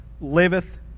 liveth